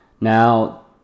Now